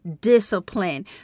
discipline